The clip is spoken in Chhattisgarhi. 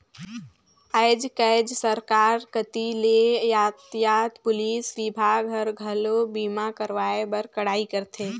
आयज कायज सरकार कति ले यातयात पुलिस विभाग हर, घलो बीमा करवाए बर कड़ाई करथे